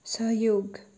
सहयोग